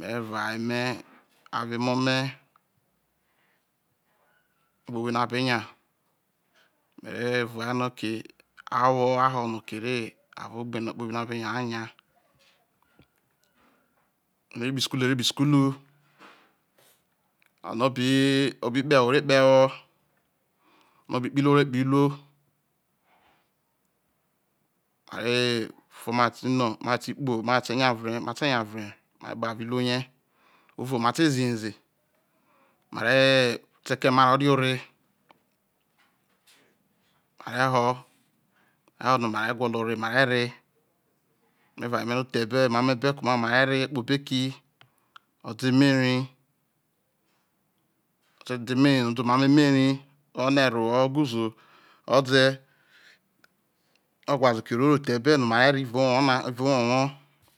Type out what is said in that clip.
re vue ayeme avo emo me̠ ogbe kpobi no̠ a benya me̠ re̠ vuaino oke awo a ho̠ nokere avo ogbe kpobi no̠ a be nya a nya eno bi kpoho isukulu re kpobo isukulu o̠no̠ bili kpewo ore kpewoiono bikpoho iruore kpoho iruo are before ma teti nya before matetikpo ma te nyavre ma jenya ire mare kpobo ofe iruo rie owuvo mate zihe ze mare ta epano mate ro re ore ma re ho maho no mare gwolo ore no ma rere mere vue ayeme nọ o the ẹbẹ keomai omamo e̠be̠ no̠ mare re akpobo eki o̠de̠ emeri o̠te̠de̠ emeri m ode omamo emeri orono erro oreguzo o̠ de̠ o̠ wha zeno matiro thei ebe no̠ ma re̠re̠ evao owo na evao owowo